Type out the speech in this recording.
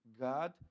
God